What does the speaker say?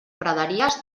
praderies